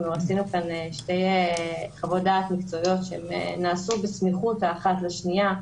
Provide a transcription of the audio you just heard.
עשינו כאן שתי חוות דעת מקצועיות שהן נעשו בסמיכות האחת לשנייה,